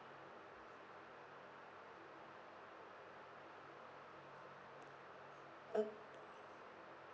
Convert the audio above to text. okay